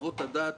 חוות הדעת